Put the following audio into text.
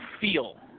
feel